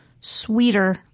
sweeter